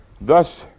Thus